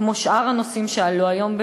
כמו שאר הנושאים שעלו היום,